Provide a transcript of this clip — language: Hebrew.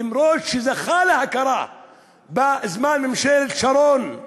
למרות שהוא זכה להכרה בזמן ממשלת שרון,